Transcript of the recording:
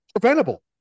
preventable